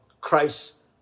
Christ